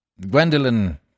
Gwendolen